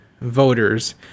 voters